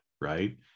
right